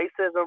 racism